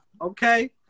okay